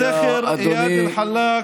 לזכר איאד אלחלאק,